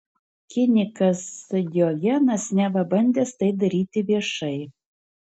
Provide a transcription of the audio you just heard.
kinikas diogenas neva bandęs tai daryti viešai